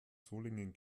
solingen